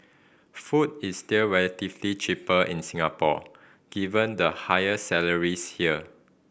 food is still relatively cheaper in Singapore given the higher salaries here